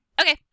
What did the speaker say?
okay